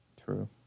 True